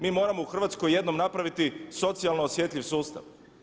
Mi moramo u Hrvatskoj jednom napraviti socijalno osjetljiv sustav.